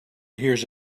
hears